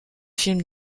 film